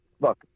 look